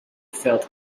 felt